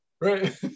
Right